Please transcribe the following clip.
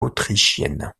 autrichiennes